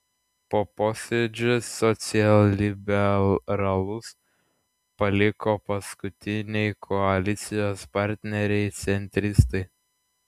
po posėdžio socialliberalus paliko paskutiniai koalicijos partneriai centristai